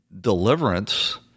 deliverance